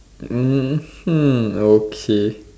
mmhmm okay